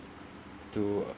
to uh